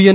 N